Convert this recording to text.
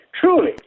Truly